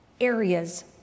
areas